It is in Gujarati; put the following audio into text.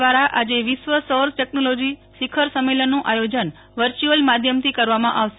દ્રારા આજે વિશ્વ સૌર ટેકનોલોજી શિખર સંમેલનનું આયોજન વર્ચ્યુલ માધ્યમથી કરવામાં આવશે